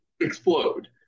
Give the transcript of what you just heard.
explode